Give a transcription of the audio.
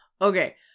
Okay